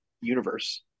universe